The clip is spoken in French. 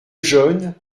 jeune